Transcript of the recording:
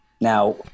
Now